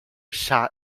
chá